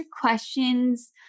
questions